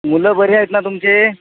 मुलं बरे आहेत ना तुमचे